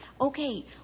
Okay